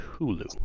Hulu